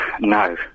No